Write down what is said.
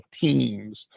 Teams